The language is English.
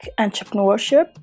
entrepreneurship